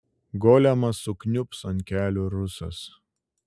golemas sukniubs ant kelių rusas